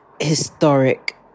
historic